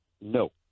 no